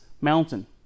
Mountain